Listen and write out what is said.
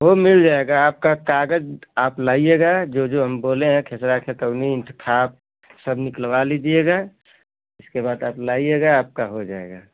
सब मिल जाएगा आपका कागज आप लाइएगा जो जो हम बोले हैं खेसरा खेतौनी इंतिखाब सब निकलवा लीजिएगा इसके बाद आप लाइएगा आपका हो जाएगा